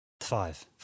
five